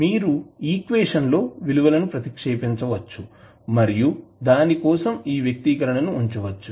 మీరు ఈక్వేషన్ లో విలువలను ప్రతిక్షేపించ వచ్చుమరియు దాని కోసం ఈ వ్యక్తీకరణను ఉంచవచ్చు